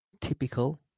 typical